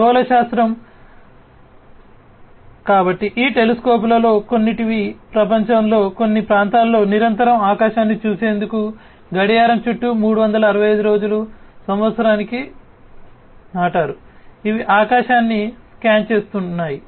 ఖగోళ శాస్త్రం కాబట్టి ఈ టెలిస్కోపులలో కొన్నింటిని ప్రపంచంలోని కొన్ని ప్రాంతాలలో నిరంతరం ఆకాశాన్ని చూసేందుకు గడియారం చుట్టూ 365 రోజులు సంవత్సరానికి నాటారు ఇవి ఆకాశాన్ని స్కాన్ చేస్తున్నాయి